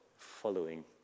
following